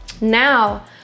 Now